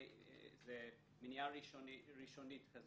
מניעה ראשונית,